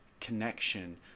connection